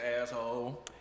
asshole